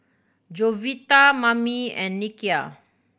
Jovita Mammie and Nikia